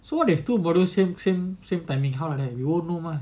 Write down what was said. so what if they have two modules same same timing how like that it won't work mah